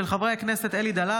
של חברי הכנסת אלי דלל,